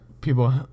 people